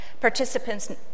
Participants